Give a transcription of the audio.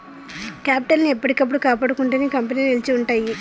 capital ని ఎప్పటికప్పుడు కాపాడుకుంటేనే కంపెనీలు నిలిచి ఉంటయ్యి